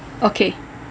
okay